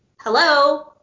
hello